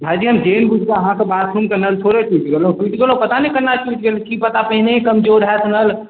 भाइजी हम जानि बुझि कऽ अहाँकऽ बाथरूम कऽ नल थोड़े तोड़ि देलहुँ टुटि गेल पता नहि केना टुटि गेल पहिने कमजोर होयत नल